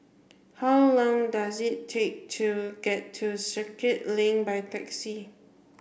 how long does it take to get to Circuit Link by taxi